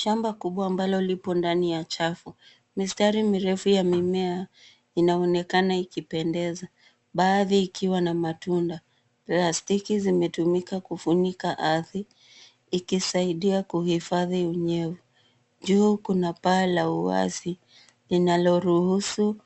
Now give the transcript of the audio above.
Shamba kubwa ambalo lipo ndani ya chafu . Mistari mirefu ya mimea inaonekana ikipendeza, baadhi ikiwa na matunda. Plastiki zimetumika kufunika ardhi, ikisaidia kuhifadhi unyevu. Juu kuna paa la uwazi linaloruhusu